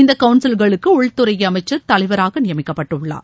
இந்த கவுன்சில்களுக்கு உள்துறை அமைச்சர் தலைவராக நியமிக்கப்பட்டுள்ளார்